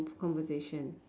conversation